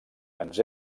ens